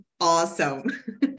awesome